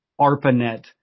arpanet